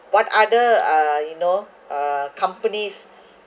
what other uh you know uh companies